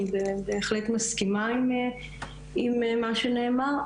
אני בהחלט מסכימה עם מה שנאמר.